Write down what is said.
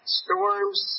storms